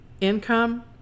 income